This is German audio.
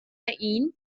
ihn